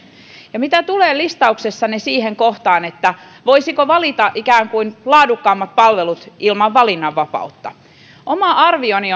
ja mitä tulee listauksenne siihen kohtaan että voisiko valita ikään kuin laadukkaammat palvelut ilman valinnanvapautta oma arvioni